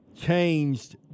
changed